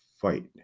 fight